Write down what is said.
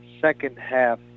second-half